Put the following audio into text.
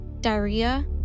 diarrhea